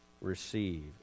receive